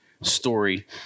story